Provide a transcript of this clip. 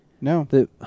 No